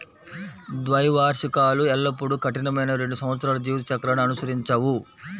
ద్వైవార్షికాలు ఎల్లప్పుడూ కఠినమైన రెండు సంవత్సరాల జీవిత చక్రాన్ని అనుసరించవు